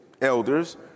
elders